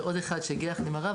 ועוד אחד שהגיע יחד עם הרב,